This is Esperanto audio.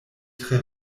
tre